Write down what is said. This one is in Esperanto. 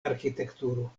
arĥitekturo